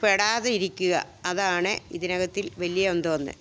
പെടാതെ ഇരിക്കുക അതാണ് ഇതിനകത്തിൽ വലിയ എന്തോ ഒന്ന്